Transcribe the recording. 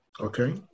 Okay